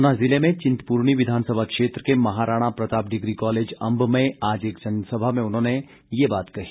ऊना जिले में चिन्तपूर्णी विधानसभा क्षेत्र के महाराणा प्रताप डिग्री कॉलेज अंब में आज एक जनसभा में उन्होंने ये बात कही